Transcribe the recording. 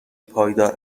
پایدار